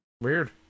Weird